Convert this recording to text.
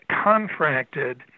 contracted